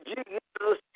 Jesus